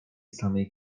samej